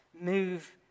move